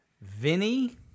Vinny